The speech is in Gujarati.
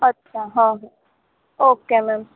અચ્છા હા હા ઓકે મૅમ